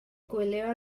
gwylio